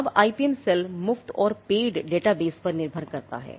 अब IPM cell मुफ्त और पेड डेटा बेस हैं